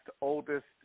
oldest